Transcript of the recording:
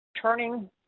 Turning